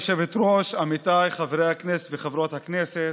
כבוד היושבת-ראש, עמיתיי חברי הכנסת וחברות הכנסת,